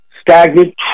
stagnant